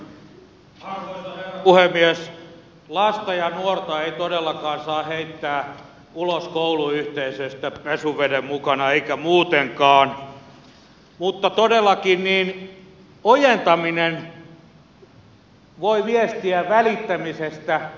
lasta ja nuorta ei todellakaan saa heittää ulos kouluyhteisöstä pesuveden mukana eikä muutenkaan mutta todellakin ojentaminen voi viestiä välittämisestä